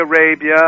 Arabia